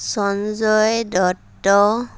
Sanjay Dutta